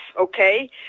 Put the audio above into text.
okay